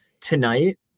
Tonight